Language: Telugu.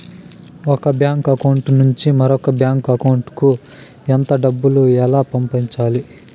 ఒక బ్యాంకు అకౌంట్ నుంచి మరొక బ్యాంకు అకౌంట్ కు ఎంత డబ్బు ఎలా పంపాలి